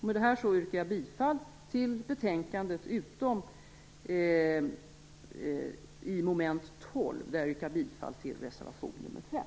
Med det yrkar jag bifall till betänkandet utom i moment 12, där jag yrkar bifall till reservation nr 5.